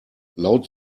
laut